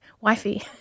wifey